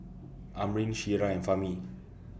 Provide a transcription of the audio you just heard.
Amrin Syirah and Fahmi